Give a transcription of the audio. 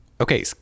Okay